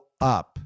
up